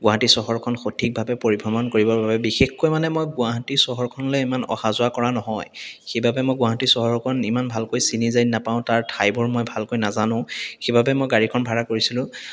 গুৱাহাটী চহৰখন সঠিকভাৱে পৰিভ্ৰমণ কৰিবৰ বাবে বিশেষকৈ মানে মই গুৱাহাটী চহৰখনলৈ ইমান অহা যোৱা কৰা নহয় সেইবাবে মই গুৱাহাটী চহৰখন ইমান ভালকৈ চিনি জানি নাপাওঁ তাৰ ঠাইবোৰ মই ভালকৈ নাজানো সেইবাবে মই গাড়ীখন ভাড়া কৰিছিলোঁ